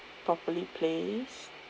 properly placed